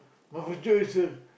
my future is a